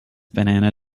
banana